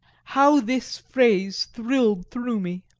how this phrase thrilled through me!